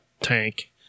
Tank